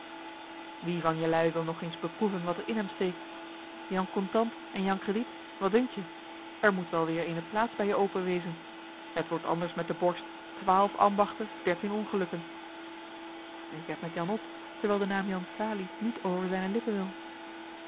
wie van jelui wil nog eens beproeven wat er in hem steekt jan contant en jan crediet wat dunkt je er moet wel weêr eene plaats bij je open wezen het wordt anders met den borst twaalf ambachten dertien ongelukken ik heb met jan op dewijl de naam jan salie niet over zijne lippen wil